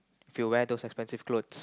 if you wear those expensive clothes